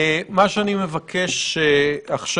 עכשיו,